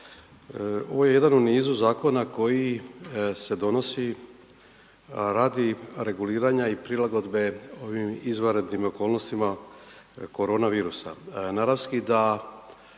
Ovo je jedan u nizu zakona koji se donosi radi reguliranja i prilagodbe ovim izvanrednim okolnostima korona virusa. Naravski da